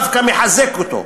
דווקא מחזק אותו,